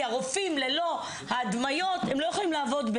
הרופאים ללא ההדמיות לא יכולים לעבוד.